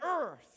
earth